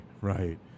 right